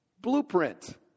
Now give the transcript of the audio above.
blueprint